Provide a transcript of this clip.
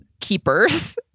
keepers